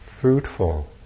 fruitful